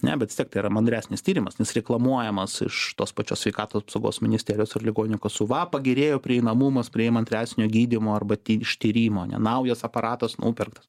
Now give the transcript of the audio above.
ne bet vis tiek tai yra mandresnis tyrimas nes reklamuojamas iš tos pačios sveikato apsaugos ministerijos ir ligonių kasų va pagerėjo prieinamumas prie įmantresnio gydymo arba ty ištyrimo ane naujas aparatas nupirktas